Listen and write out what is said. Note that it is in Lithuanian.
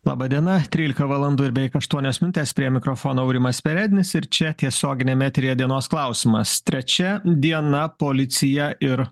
laba diena trylika valandų ir beveik aštuonios minutės prie mikrofono aurimas perednis ir čia tiesioginiame eteryje dienos klausimas trečia diena policija ir